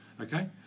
okay